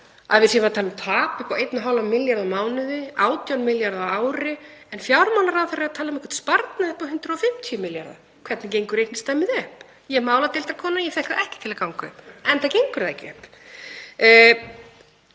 að við séum að tala um tap upp á 1,5 milljarða á mánuði, 18 milljarða á ári en fjármálaráðherra er að tala um einhvern sparnað upp á 150 milljarða? Hvernig gengur reikningsdæmið upp? Ég er máladeildarkona. Ég fékk það ekki til að ganga upp enda gengur það ekki upp.